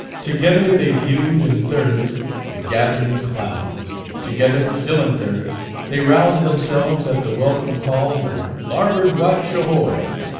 together they viewed in thirds the gath'ring clouds together still in thirds they roused themselves at the welcome call of larboard watch, ahoy!